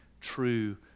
true